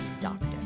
doctor